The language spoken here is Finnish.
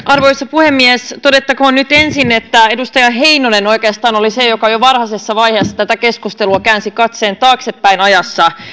arvoisa puhemies todettakoon nyt ensin että edustaja heinonen oikeastaan oli se joka jo varhaisessa vaiheessa tätä keskustelua käänsi katseen taaksepäin ajassa